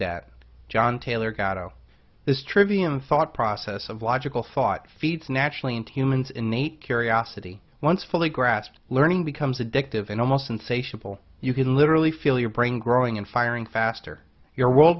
that john taylor gatto this trivium thought process of logical thought feeds naturally into humans innate curiosity once fully grasped learning becomes addictive and almost insatiable you can literally feel your brain growing and firing faster your world